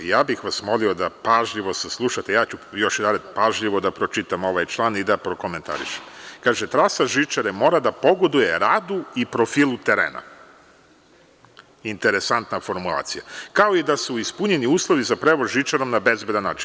Molio bih vas da pažljivo saslušate a ja ću još jednom pažljivo da pročitam ovaj član i da prokomentarišem: „Trasa žičare mora da pogoduje radu i profilu terena - interesantna formulacija - kao i da su ispunjeni uslovi za prevoz žičarom na bezbedan način“